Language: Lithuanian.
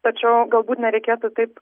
tačiau galbūt nereikėtų taip